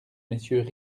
messieurs